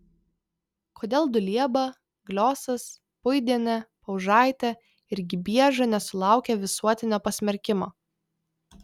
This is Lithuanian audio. kodėl dulieba gliosas puidienė paužaitė ir gibieža nesulaukė visuotinio pasmerkimo